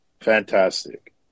Fantastic